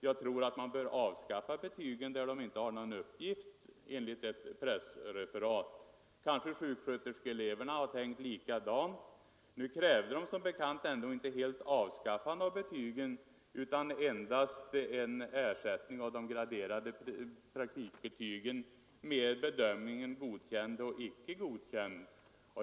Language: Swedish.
Jag tror att man bör avskaffa betygen där de inte har någon uppgift.” Kanske sjuksköterskeeleverna tänkte ungefär likadant. Nu krävde de som bekant ändå inte ett helt avskaffande av betygen utan endast en ersättning av de graderade praktikbetygen med bedömningen Godkänd — Icke godkänd.